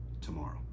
tomorrow